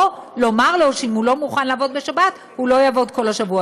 או לומר לו שאם הוא לא מוכן לעבוד בשבת הוא לא יעבוד כל השבוע.